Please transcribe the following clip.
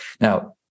now